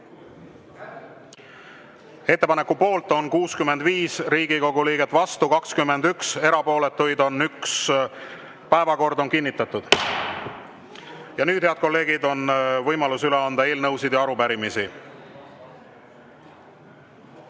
Ettepaneku poolt on 65 Riigikogu liiget, vastu 21, erapooletuid on 1. Päevakord on kinnitatud. Nüüd, head kolleegid, on võimalus üle anda eelnõusid ja arupärimisi.